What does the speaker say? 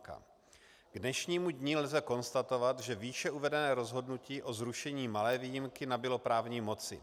K dnešnímu dni lze konstatovat, že výše uvedené rozhodnutí o zrušení malé výjimky nabylo právní moci.